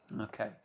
Okay